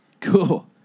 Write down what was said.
Cool